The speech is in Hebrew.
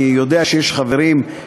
אני יודע שיש חברים,